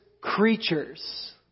creatures